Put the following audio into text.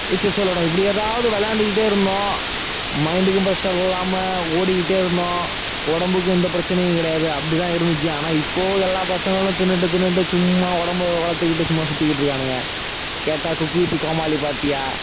chess விளையாடுவோம் இப்படி ஏதாவது விளையாண்டுக்கிட்டே இருந்தோம் மைண்டுக்கும் ப்ரெஷர் இல்லாமல் ஓடிக்கிட்டே இருந்தோம் உடம்புக்கும் எந்த பிரச்சினையும் கிடையாது அப்படிதான் இருந்துச்சு ஆனால் இப்போது எல்லா பசங்களும் தின்றுட்டு தின்றுட்டு சும்மா உடம்பை வளர்த்துக்கிட்டு சும்மா சுத்திகிட்டிருக்கானுங்க கேட்டால் குக்கு வித்து கோமாளி பார்த்தியா